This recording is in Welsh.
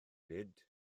nid